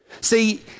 See